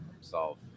solve